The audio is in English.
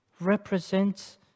represents